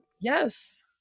Yes